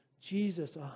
Jesus